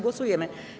Głosujemy.